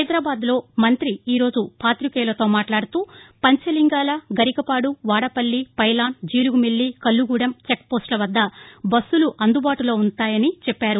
హైదరాబాద్లో ఈరోజు మంతి పాతికేయులతో మాట్లాడుతూ పంచలింగాల గరికపాడు వాడపల్లి పైలాన్ జీలుగుమిల్లి కల్లుగూడెం చెక్పోస్టుల వద్ద బస్సులు అందుబాటులో ఉంటాయని చెప్పారు